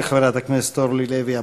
תודה לחברת הכנסת אורלי לוי אבקסיס.